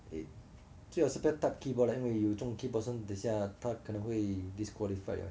诶最好是不要 type keyboard leh 因为有这种 keyboard 声等下他可能会 disqualified eh